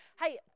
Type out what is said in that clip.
hey